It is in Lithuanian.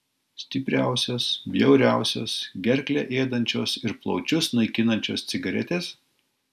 stipriausios bjauriausios gerklę ėdančios ir plaučius naikinančios cigaretės